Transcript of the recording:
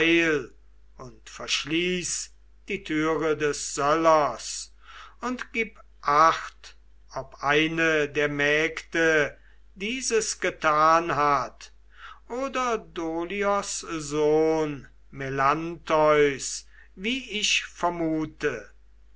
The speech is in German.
und verschließ die türe des söllers und gib acht ob eine der mägde dieses getan hat oder dolios sohn melantheus wie ich vermute